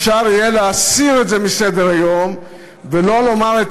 אפשר יהיה להסיר את זה מסדר-היום ולא לומר את